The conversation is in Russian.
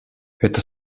это